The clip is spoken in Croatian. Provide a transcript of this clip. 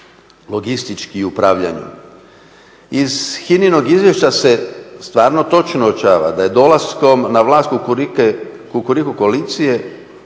logistički i upravljanju. Iz HINA-inog izvješća se stvarno točno dočarava da je dolaskom na vlast kukuriku koalicije